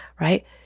right